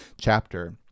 chapter